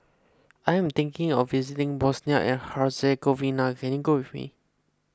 I am thinking of visiting Bosnia and Herzegovina can you go with me